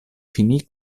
finì